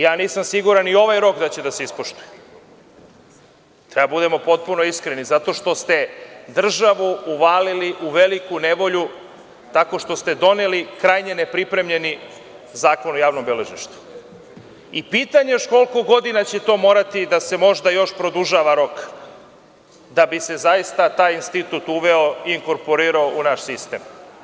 Ja nisam siguran i ovaj rok da će da se ispoštuje, treba da budemo potpuno iskreni, zato što ste državu uvalili u veliku nevolju tako što ste doneli krajnje nepripremljeni Zakon o javnom beležništvu i pitanje je još koliko godina će to morati da se možda još produžava rok da bi se zaista taj institut uveo i inkorporirao u naš sistem.